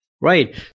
Right